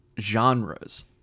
genres